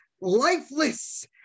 lifeless